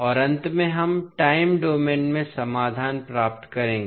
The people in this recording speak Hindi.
और अंत में हम टाइम डोमेन में समाधान प्राप्त करेंगे